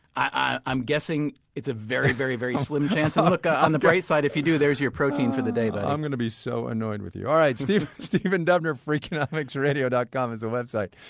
i'm i'm guessing it's a very, very very slim chance. ah look, ah on the bright side, if you do, there's your protein for the day, buddy i'm going to be so annoyed with you. all right, stephen stephen dubner, freakonomicsradio dot com is the website.